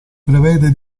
prevede